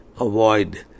avoid